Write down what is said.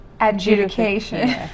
Adjudication